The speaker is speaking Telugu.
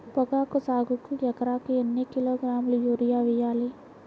పొగాకు సాగుకు ఎకరానికి ఎన్ని కిలోగ్రాముల యూరియా వేయాలి?